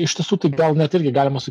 iš tiesų tai gal net irgi galima